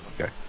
Okay